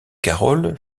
carol